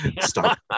stop